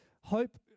hope